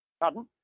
Pardon